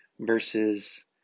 versus